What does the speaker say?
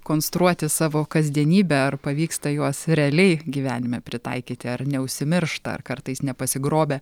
konstruoti savo kasdienybę ar pavyksta juos realiai gyvenime pritaikyti ar neužsimiršta ar kartais nepasigrobia